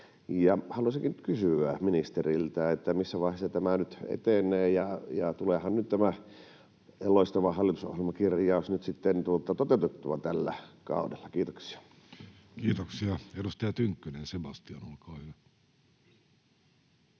Haluaisinkin kysyä ministeriltä, missä vaiheessa tämä nyt etenee ja tuleehan tämä loistava hallitusohjelmakirjaus nyt sitten toteutettua tällä kaudella. — Kiitoksia. [Speech 388] Speaker: Jussi Halla-aho